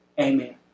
amen